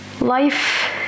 life